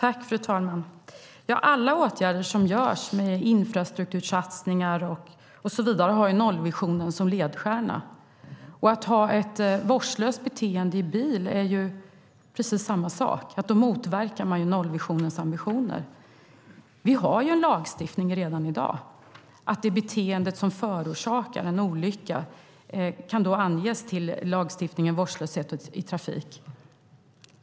Fru talman! Alla åtgärder som vidtas med infrastruktursatsningar och så vidare har nollvisionen som ledstjärna. Att ha ett vårdslöst beteende i bil är precis samma sak. Då motverkar man nollvisionens ambitioner. Vi har en lagstiftning redan i dag. Om det är beteendet som förorsakar en olycka kan det anges till lagstiftningen vårdslöshet i trafik.